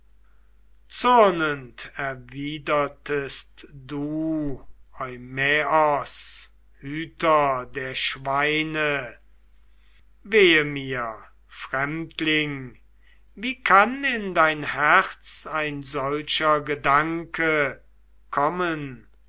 du eumaios hüter der schweine wehe mir fremdling wie kann in dein herz ein solcher gedanke kommen